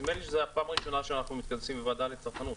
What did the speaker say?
נדמה לי שזאת הפעם הראשונה שאנחנו מתכנסים בוועדת המשנה לצרכנות,